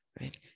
right